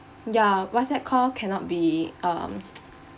ya WhatsApp call cannot be um